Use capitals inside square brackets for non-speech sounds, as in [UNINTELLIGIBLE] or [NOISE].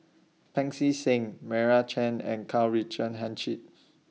Pancy Seng Meira Chand and Karl Richard [UNINTELLIGIBLE] [NOISE]